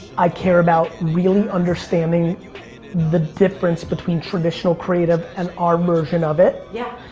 i care about really understanding the difference between traditional creative and our version of it. yeah.